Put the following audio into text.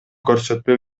көрсөтмө